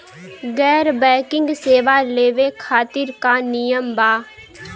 गैर बैंकिंग सेवा लेवे खातिर का नियम बा?